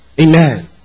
Amen